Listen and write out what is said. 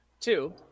Two